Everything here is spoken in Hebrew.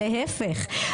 להיפך,